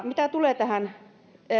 mitä tulee tähän